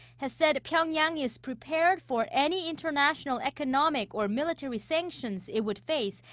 has said pyongyang is prepared for any international economic or military sanctions it would face,